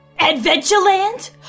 ADVENTURELAND